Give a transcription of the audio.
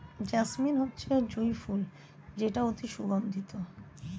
jasmine হচ্ছে জুঁই ফুল যেটা অতি সুগন্ধিত